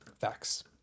Facts